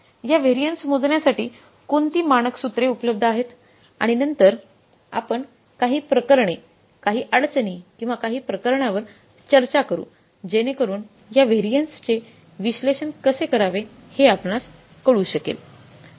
या व्हॅरियन्स मोजण्यासाठी कोणती मानक सूत्रे उपलब्ध आहेत आणि नंतर आम्ही काही प्रकरणे काही अडचणी किंवा काही प्रकरणांवर चर्चा करू जेणेकरून याव्हॅरियन्स विश्लेषण कसे करावे हे आपणास कळू शकेल